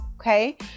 okay